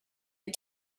had